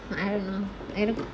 I don't know I will